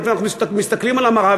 ואנחנו מסתכלים על המראה,